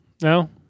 No